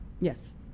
Yes